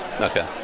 Okay